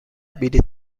بلیط